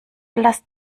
lasst